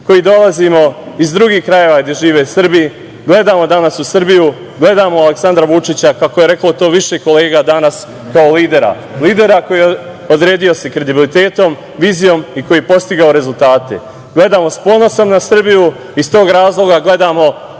koji dolazimo iz drugih krajeva gde žive Srbi gledamo danas u Srbiju, gledamo u Aleksandra Vučića, kako je reklo to više kolega danas, kao lidera, lidera koji se odredio kredibilitetom, vizijom i koji je postigao rezultate. Gledamo s ponosom na Srbiju i iz tog razloga gledamo